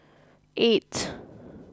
eight